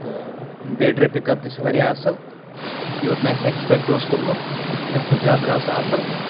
تہٕ battery pick up تہِ واریاہ اَصٕل یوٗت نہٕ اَسِہ اٮ۪کسپٮ۪کٹ اوس کوٚرمُت تمہِ کھۄتہٕ زیادٕ درٛاو سُہ اَصٕل